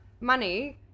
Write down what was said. money